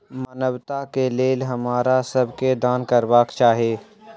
मानवता के लेल हमरा सब के दान करबाक चाही